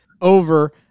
over